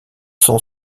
sont